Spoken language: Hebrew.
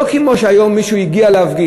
לא כמו שהיום מישהו הגיע להפגין,